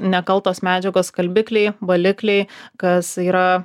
nekaltos medžiagos skalbikliai balikliai kas yra